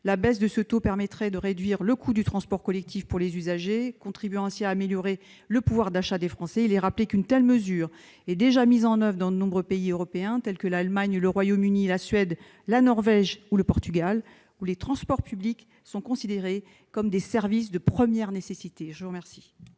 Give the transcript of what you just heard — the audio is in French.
La baisse de ce taux permettrait de réduire le coût du transport collectif pour les usagers, contribuant ainsi à améliorer le pouvoir d'achat des Français. Une telle mesure est déjà mise en oeuvre dans de nombreux pays européens tels que l'Allemagne, le Royaume-Uni, la Suède, la Norvège ou le Portugal, où les transports publics sont considérés comme des services de première nécessité. L'amendement